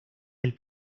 del